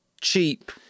cheap